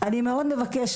אני מאוד מבקשת,